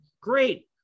Great